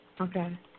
Okay